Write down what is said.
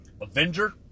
Avenger